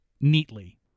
neatly